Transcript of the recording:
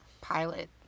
pilot